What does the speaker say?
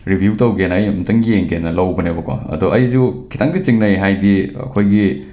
review ꯇꯧꯒꯦꯅ ꯑꯩ ꯑꯃꯨꯛꯇꯪ ꯌꯦꯡꯒꯦꯅ ꯂꯧꯕꯅꯦꯕꯀꯣ ꯑꯗꯣ ꯑꯩꯁꯨ ꯈꯤꯇꯪꯗꯤ ꯆꯤꯡꯅꯩ ꯍꯥꯏꯗꯤ ꯑꯩꯈꯣꯏꯒꯤ